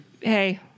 Hey